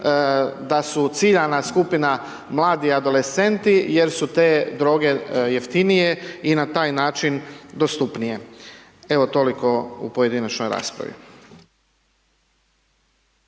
da su ciljana skupina mladi adolescenti jer su te droge jeftinije i na taj način dostupnije. Evo, toliko u pojedinačnoj raspravi.